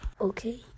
Okay